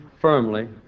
firmly